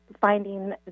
finding